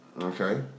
Okay